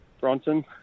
Bronson